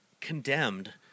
condemned